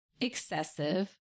excessive